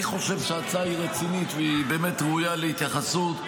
אני חושב שההצעה היא רצינית והיא ראויה להתייחסות.